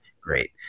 great